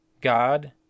God